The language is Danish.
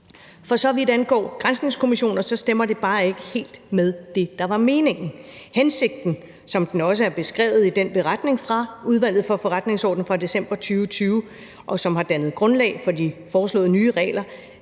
For så vidt angår granskningskommissioner, stemmer det bare ikke helt med det, der var meningen. Hensigten, som den også er beskrevet i den beretning fra Udvalget for Forretningsordenen fra december 2020, som har dannet grundlag for de foreslåede nye regler,